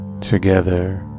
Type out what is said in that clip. Together